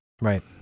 Right